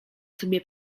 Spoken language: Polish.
sobie